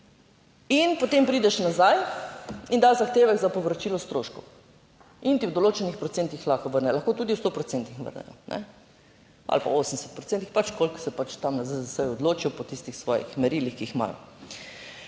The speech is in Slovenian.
in potem prideš nazaj in daš zahtevek za povračilo stroškov in ti v določenih procentih lahko vrne, lahko tudi v 100 procentih vrnejo ali pa 80 procentih, pač kolikor se pač tam na ZZZS odločijo po tistih svojih merilih, ki jih imajo.